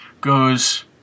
goes